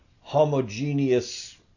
homogeneous